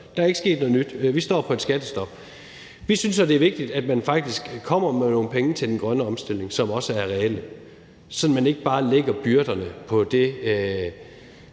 der er ikke sket noget nyt: Vi står på et skattestop. Vi synes så, det er vigtigt, at man faktisk kommer med nogle penge til den grønne omstilling, som også er reelle, sådan at man ikke bare lægger byrderne på de